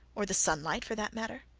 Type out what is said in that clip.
or the sunlight for that matter?